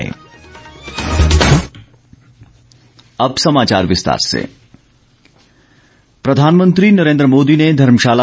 मेंट प्रधानमंत्री नरेन्द्र मोदी ने धर्मशाला